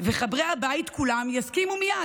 וחברי הבית כולם יסכימו מייד.